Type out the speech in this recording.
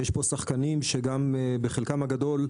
יש פה שחקנים שבחלקם הגדול,